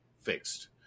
fixed